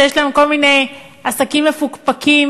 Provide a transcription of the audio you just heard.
שיש להם כל מיני עסקים מפוקפקים,